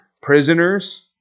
prisoners